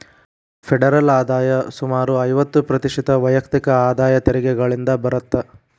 federal ಆದಾಯ ಸುಮಾರು ಐವತ್ತ ಪ್ರತಿಶತ ವೈಯಕ್ತಿಕ ಆದಾಯ ತೆರಿಗೆಗಳಿಂದ ಬರತ್ತ